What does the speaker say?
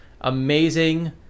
amazing